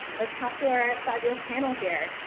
let's talk to our fabulous panel here.